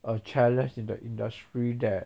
a challenge in the industry that